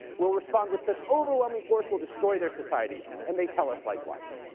we'll respond with such overwhelming force, we'll destroy their society, and they tell us likewise.